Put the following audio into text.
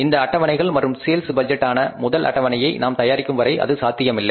இந்த அட்டவணைகள் மற்றும் சேல்ஸ் பட்ஜெட்டான முதல் அட்டவணையை நாம் தயாரிக்கும் வரை அது சாத்தியமில்லை